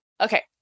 Okay